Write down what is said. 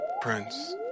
Prince